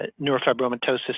neurofibromatosis